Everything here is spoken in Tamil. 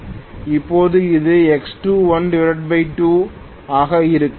இப்போது இது X212ஆக இருக்கும்